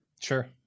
Sure